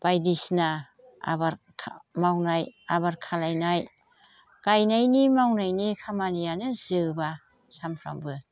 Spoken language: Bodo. बायदिसिना आबाद मावनाय आबाद खालायनाय गायनायनि मावनायनि खामानियानो जोबा सामफ्रामबो